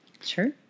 Sure